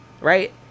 right